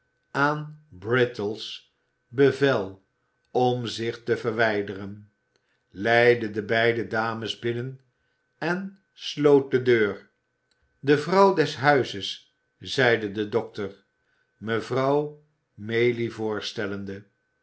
aan brittles bevel om zich te verwijderen leidde de beide dames binnen en sloot de deur de vrouw des huizes zeide de dokter mevrouw maylie